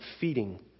feeding